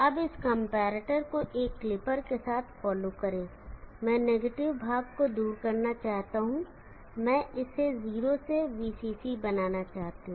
अब इस कंपैरेटर को एक क्लिपर के साथ फॉलो करें मैं नेगेटिव भाग को दूर करना चाहता हूं मैं इसे 0 से VCC बनाना चाहता हूं